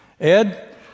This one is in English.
Ed